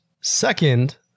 Second